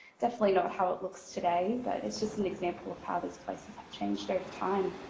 definitely not how it looks today but it's just an example of how these places have changed over time.